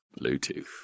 Bluetooth